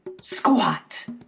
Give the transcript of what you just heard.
squat